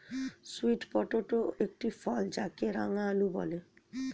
sweet potato একটি ফল যাকে বাংলায় রাঙালু বলে